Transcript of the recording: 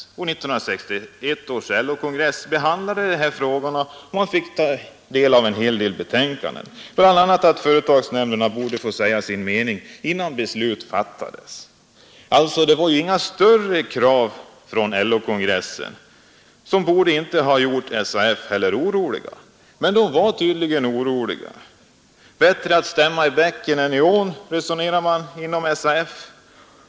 1961 ställda j års LO-kongress behandlade de här frågorna och fick ta del av en hel del aktiebolag och betänkanden. Bl.a. framhölls att företagsnämnden borde få säga sin ekonomiska för mening innan beslut fattades. Kraven från kongressen var alltså inte särskilt stora, och det fanns ingen anledning för SAF att vara orolig. Men man var tydligen orolig. Bättre stämma i bäcken än i ån, resonerade man inom SAF.